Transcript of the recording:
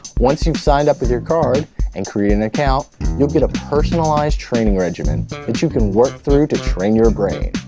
once you've signed up with your card and created an account you'll get a personalized training regime and that you can work through to train your brain!